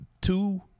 Two